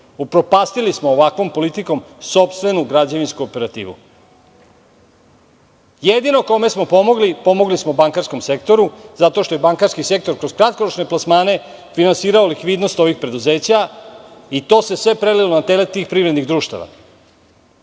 položaj. Upropastili smo ovakvom politikom sopstvenu građevinsku operativu. Jedino kome smo pomogli, pomogli smo bankarskom sektoru, zato što je bankarski sektor kroz kratkoročne plasmane finansirao likvidnost ovih preduzeća i to se sve prelilo na teret tih privrednih društava. Da